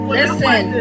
listen